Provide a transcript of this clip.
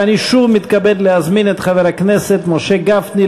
ואני שוב מתכבד להזמין את חבר הכנסת משה גפני,